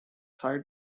site